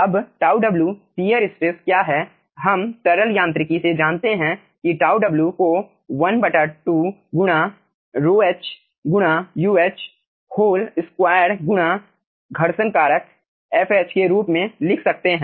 अब Tauw shear stress क्या है हम तरल यांत्रिकी से जानते हैं कि Tauw को 12 गुणा ρh गुणा Uh व्होल स्क्वायर गुणा घर्षण कारक fh के रूप में लिख सकते हैं